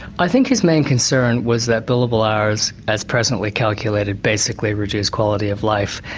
i think his main concern was that billable hours as presently calculated basically reduce quality of life.